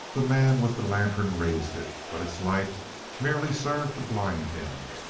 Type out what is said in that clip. the man with the lantern raised it, but its light merely served to blind him.